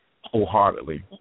wholeheartedly